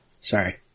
Sorry